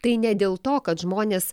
tai ne dėl to kad žmonės